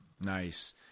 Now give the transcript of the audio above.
Nice